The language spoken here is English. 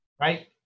right